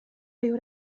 ryw